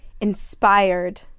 inspired